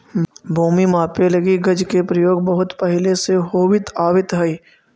भूमि मापे लगी गज के प्रयोग बहुत पहिले से होवित आवित हइ